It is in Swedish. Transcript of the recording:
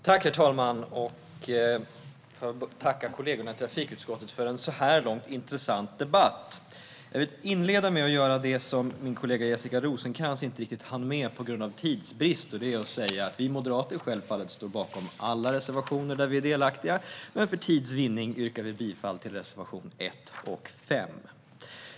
Herr talman! Jag vill tacka kollegorna i trafikutskottet för en intressant debatt så här långt. Jag vill inleda med att göra det som min kollega Jessica Rosencrantz inte riktigt hann med, och det är att säga att vi moderater självfallet står bakom alla reservationer där vi är delaktiga men för tids vinnande yrkar bifall endast till reservationerna 1 och 5.